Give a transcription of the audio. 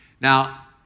Now